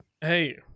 hey